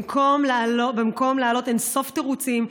במקום להעלות אין-סוף תירוצים,